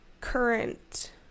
current